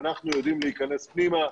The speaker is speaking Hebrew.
אנחנו יודעים להיכנס פנימה.